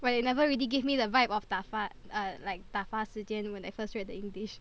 but it never really give me the vibe of 打发 uh like 打发时间 when I first read the English